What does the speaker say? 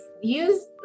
use